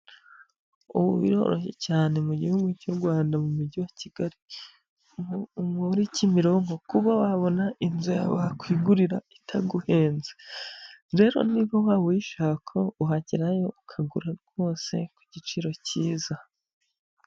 Ubu birororoshye cyane mu gihugu cy'u Rwanda mu mujyi wa Kigali muri Kimironko kuba wabona inzu yawe wakwigurira itaguhenze, rero niba waba uyishaka wagerayo ukagura rwose ku giciro cyiza.